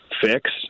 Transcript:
fix